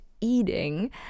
eating